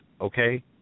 Okay